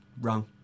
wrong